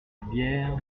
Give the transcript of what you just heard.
bière